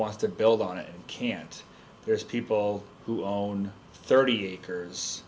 wants to build on it can't there's people who own thirty acres